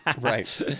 Right